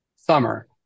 Summer